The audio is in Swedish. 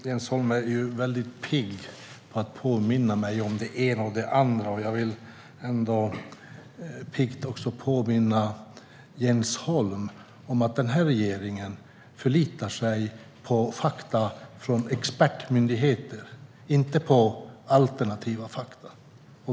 Herr talman! Jens Holm är väldigt pigg på att påminna mig om än det ena, än det andra, och jag vill då också piggt påminna Jens Holm om att denna regering förlitar sig på fakta från expertmyndigheter, inte på alternativa fakta.